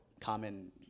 common